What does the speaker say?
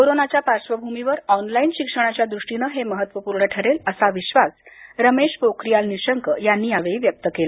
कोरोनाच्या पार्श्वभूमीवर ऑनलाइन शिक्षणाच्या दृष्टीनं हे महत्त्वपूर्ण ठरेल असा विश्वास रमेश पोखरियाल यांनी यावेळी व्यक्त केला